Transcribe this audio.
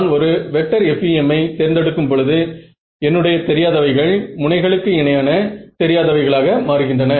நான் ஒரு vector FEM ஐ தேர்ந்தெடுக்கும் பொழுது என்னுடைய தெரியாதவைகள் முனைகளுக்கு இணையான தெரியாதவைகளாக மாறுகின்றன